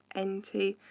n two.